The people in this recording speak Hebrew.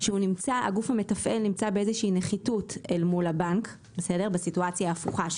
הגוף המתפעל נמצא באיזה שהיא נחיתות אל מול הבנק בסיטואציה ההפוכה,